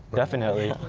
definitely.